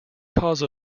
cause